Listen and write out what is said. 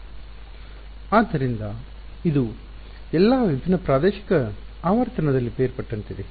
ವಿದ್ಯಾರ್ಥಿ ಆದ್ದರಿಂದ ಇದು ಎಲ್ಲಾ ವಿಭಿನ್ನ ಪ್ರಾದೇಶಿಕ ಆವರ್ತನದಲ್ಲಿ ಬೇರ್ಪಟ್ಟಂತಿದೆ